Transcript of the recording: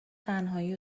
تنهایی